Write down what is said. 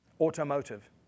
Automotive